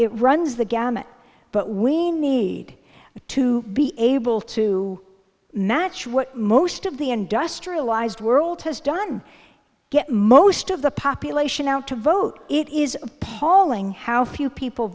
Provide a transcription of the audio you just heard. it runs the gamut but we need to be able to match what most of the industrialized world has done get most of the population out to vote it is palling how few people